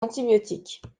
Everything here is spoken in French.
antibiotiques